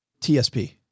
TSP